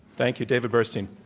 thank you, david burstein.